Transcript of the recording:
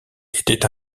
était